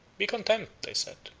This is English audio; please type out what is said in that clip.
be content, they said,